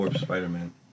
Spider-Man